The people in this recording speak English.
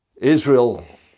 Israel